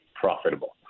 profitable